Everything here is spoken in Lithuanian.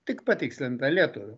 tik patikslinta lietuvių